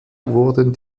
wurden